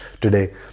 today